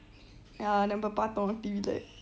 uh நம்ம பார்த்தோம்:namba paarthom T_V ல:le